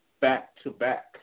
back-to-back